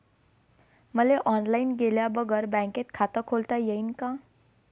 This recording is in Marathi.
मले ऑनलाईन गेल्या बगर बँकेत खात खोलता येईन का?